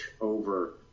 over